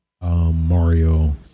Mario